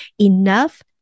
enough